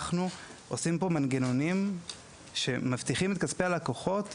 אנחנו עושים כאן מנגנונים שמבטיחים את כספי הלקוחות.